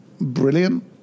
brilliant